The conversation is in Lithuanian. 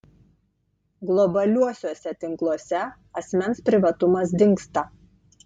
globaliuosiuose tinkluose asmens privatumas dingsta